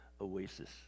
oasis